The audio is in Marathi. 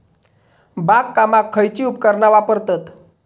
बागकामाक खयची उपकरणा वापरतत?